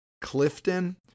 Clifton